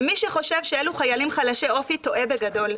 ומי שחושב שאלו חיילים חלשי אופי, טועה בגדול.